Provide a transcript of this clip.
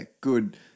good